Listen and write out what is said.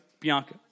Bianca